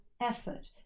effort